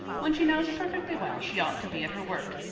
when she knows perfectly well she ought to be at her work.